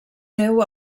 deu